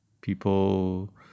People